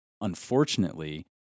Unfortunately